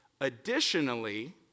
additionally